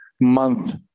month